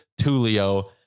Tulio